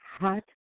hot